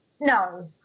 No